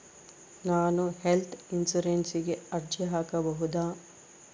ನಾನು ಹೆಲ್ತ್ ಇನ್ಶೂರೆನ್ಸಿಗೆ ಅರ್ಜಿ ಹಾಕಬಹುದಾ?